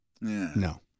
No